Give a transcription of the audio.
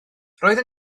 roedd